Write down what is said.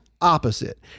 opposite